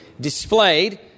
displayed